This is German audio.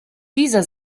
dieser